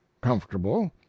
comfortable